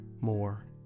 more